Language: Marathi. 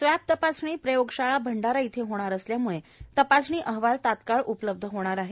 स्वॅब तपासणी प्रयोगशाळा भंडारा येथे होणार असल्याम्ळे तपासणी अहवाल तात्काळ उपलब्ध होणार आहे